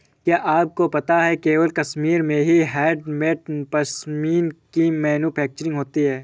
क्या आपको पता है केवल कश्मीर में ही हैंडमेड पश्मीना की मैन्युफैक्चरिंग होती है